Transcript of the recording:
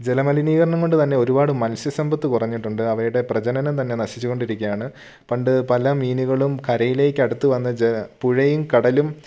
ജലമലിനീകരണം കൊണ്ട് തന്നെ ഒരുപാട് മത്സ്യ സമ്പത്ത് കുറഞ്ഞിട്ടുണ്ട് അവയുടെ പ്രജനനം തന്നെ നശിച്ചുകൊണ്ടിരിക്കുകയാണ് പണ്ട് പല മീനുകളും കരയിലേക്ക് അടുത്ത് വന്ന് ജാ പുഴയും കടലും